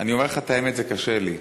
אני אומר לך את האמת, זה קשה לי.